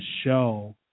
show